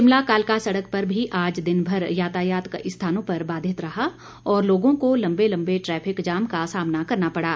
शिमला कालका सडक पर भी आज दिनभर यातायात कई स्थानों पर बाधित रहा और लोगों को लम्बे लम्बे ट्रैफिक जाम का सामना करना पड़ा